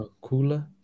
Cooler